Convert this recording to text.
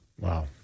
Wow